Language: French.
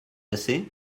assez